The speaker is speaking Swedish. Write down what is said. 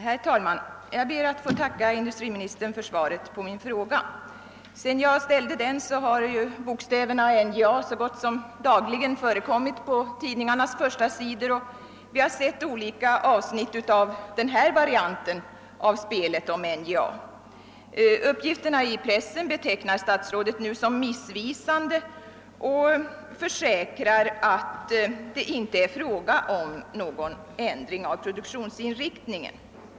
Herr talman! Jag ber att få tacka industriministern för svaret på min fråga. Sedan jag ställde min fråga har ju bokstäverna NJA så gott som dagligen förekommit på tidningarnas förstasidor, och vi har sett olika avsnitt av denna variant av spelet om NJA. Uppgifterna i pressen betecknas nu av statsrådet som missvisande, och han försäkrar att det inte är fråga om någon ändring av produktionsinriktningen.